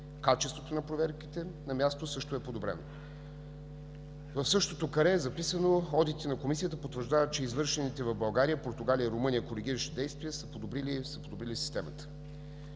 Качеството на проверките на място също е подобрено”. В същото каре е записано: „Одитите на Комисията потвърждават, че извършените в България, Португалия и Румъния коригиращи действия са подобрили системата”.